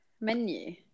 menu